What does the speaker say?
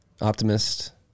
Optimist